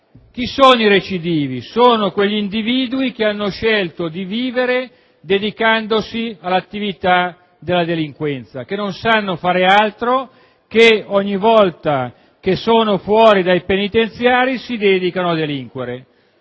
anche ai recidivi, ovvero quegli individui che hanno scelto di vivere dedicandosi alla delinquenza, che non sanno fare altro, che ogni volta che sono fuori dai penitenziari si dedicano a delinquere.